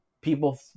people